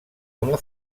una